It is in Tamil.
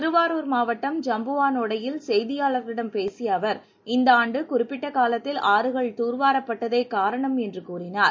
திருவாரூர் மாவட்டம் ஜம்புவானோடையில் செய்தியாளர்களிடம் பேசிய அவர் இந்த ஆண்டு குறிப்பிட்ட காலத்தில் ஆறுகள் துர் வாரப்பட்டதே காரணம் என்று கூறினார்